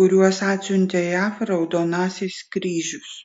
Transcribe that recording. kuriuos atsiuntė jav raudonasis kryžius